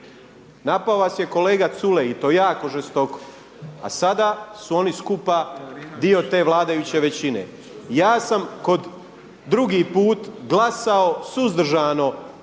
Napao vas je kolega Culej i to jako žestoko a sada su oni skupa dio te vladajuće većine. Ja sam kod, drugi put glasao suzdržano